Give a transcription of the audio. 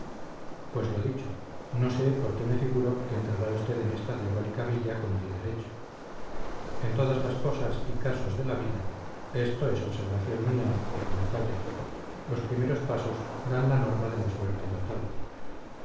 pues lo dicho no sé por qué me figuro que entrará usted en esta diabólica villa con pie derecho en todas las cosas y casos de la vida esto es observación mía que no me falla los primeros pasos dan la norma de la suerte total